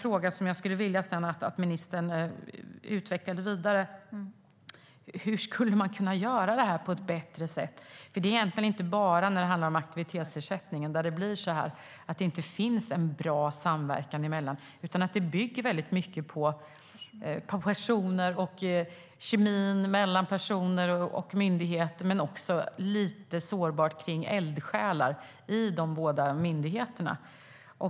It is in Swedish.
Jag skulle vilja att ministern utvecklade den frågan vidare: Hur skulle man kunna göra det här på ett bättre sätt? Det är ju egentligen inte bara när det gäller aktivitetsersättning som samverkan blir mindre bra. Det bygger väldigt mycket på personer och kemin mellan personer och myndigheter men också, lite sårbart, kring eldsjälar i de båda myndigheterna.